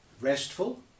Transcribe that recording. restful